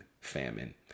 famine